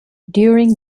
during